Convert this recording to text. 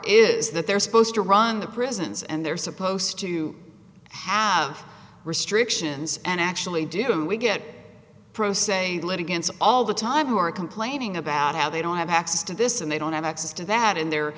is that they're supposed to run the prisons and they're supposed to have restrictions and actually doing we get pro se litigants all the time who are complaining about how they don't have access to this and they don't have access to that in the